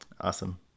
awesome